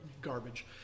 garbage